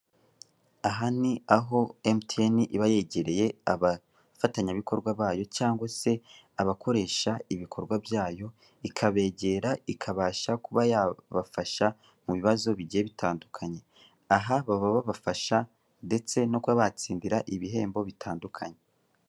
Aha ni aho Emutiyeni iba yegereye abafatanyabikorwa bayo, cyangwa se abakoresha ibikorwa byayo, ikabegera ikabasha kuba yabafasha mu bibazo bigiye bitandukanye, aha baba babafasha ndetse no kuba batsindira ibihembo bitandukanye.